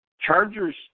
Chargers